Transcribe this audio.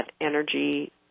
energy